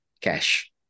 cash